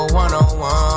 one-on-one